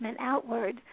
outward